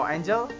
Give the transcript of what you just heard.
Angel